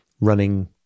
running